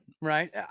right